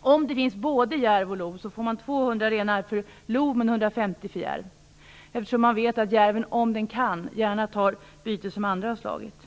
Om det finns både järv och lo får man 200 renar för lo och 150 för järv. Man vet nämligen att järven om den kan gärna tar byten som andra har slagit.